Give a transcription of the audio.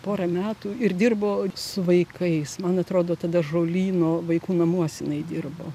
porą metų ir dirbo su vaikais man atrodo tada žolyno vaikų namuose jinai dirbo